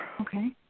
Okay